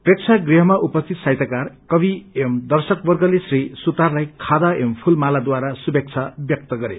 प्रेक्षागुहमा उपस्थित साहितयकार कवि एवं दर्शकवर्गले श्री सुतारलाई खादा एवं फूल माला द्वारा शुभेक्षा व्यक्त गरे